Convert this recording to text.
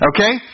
Okay